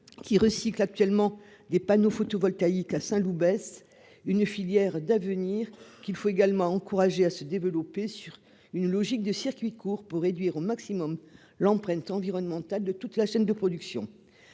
qui recycle actuellement des panneaux photovoltaïques à Saint-Loup baisse une filière d'avenir qu'il faut également encouragés à se développer sur une logique de circuits courts pour réduire au maximum l'empreinte environnementale de toute la chaîne de production,